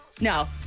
No